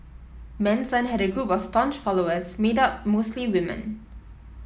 Manson had a group of staunch followers made up mostly women